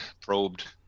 probed